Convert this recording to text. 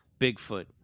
Bigfoot